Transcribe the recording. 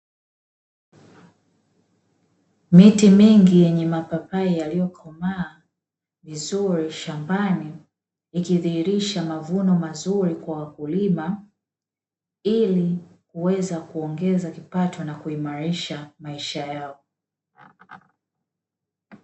Miti mingi yenye mapapai yaliyokomaa vizuri shambani, ikidhihirisha mavuno mavuno mazuri kwa wakulima ilikuweza kupata kipato na kuimarisha maisha yao.